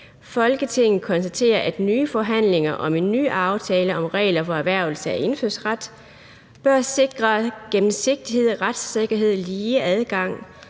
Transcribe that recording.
Folketinget konstaterer, at nye forhandlinger om en ny aftale om regler for erhvervelse af indfødsret bør sikre gennemsigtighed, retssikkerhed, lige adgang